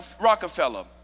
Rockefeller